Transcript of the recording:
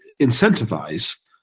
incentivize